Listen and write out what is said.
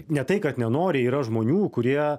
ne tai kad nenori yra žmonių kurie